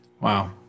Wow